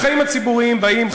לחיים הציבוריים באים,